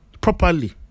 properly